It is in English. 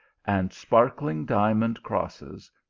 and sparkling diamond cross es,